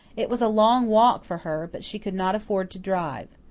it was a long walk for her, but she could not afford to drive.